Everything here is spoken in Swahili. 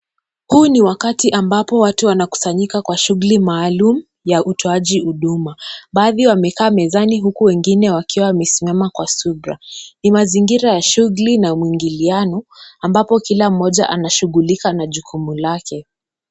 Huu ni wakati ambapo watu wanakusanyika kwa shughuli maalum ya utoaji huduma. Baadhi wamekaa mezani huku wengine wakiwa wamesimama kwa subra. Ni mazingira ya shughuli na mwingiliano, ambapo kila mmoja anashughulika na jukumu lake.